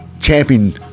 champion